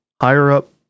higher-up